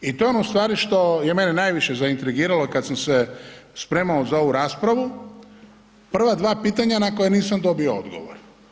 I to je ono u stvari što je mene najviše zaintrigiralo kad sam se spremao za ovu raspravu, prva dva pitanja na koja nisam dobio odgovor.